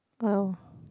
!wow!